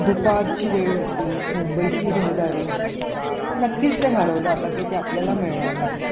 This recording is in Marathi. दुपारची वेळ होती मुंबईची रहदारी नक्कीच ते हरवलं आता काही ते आपल्याला मिळणार नाही